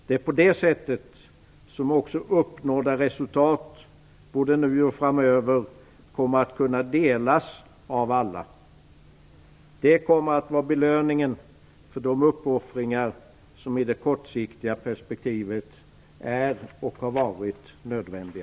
Det är på det sättet som också uppnådda resultat - både nu och framöver - kommer att kunna delas av alla. Det kommer att vara belöningen för de uppoffringar som i det kortsiktiga perspektivet är och har varit nödvändiga.